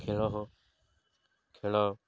ଖେଳ ଖେଳ